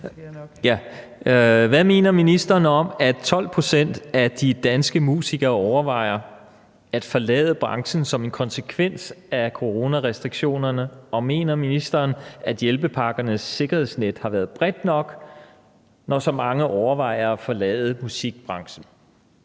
Hvad mener ministeren om, at 12 pct. af de danske musikere overvejer at forlade branchen som en konsekvens af coronarestriktionerne, og mener ministeren, at hjælpepakkernes sikkerhedsnet har været bredt nok, når så mange overvejer at forlade musikbranchen?